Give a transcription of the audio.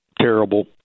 terrible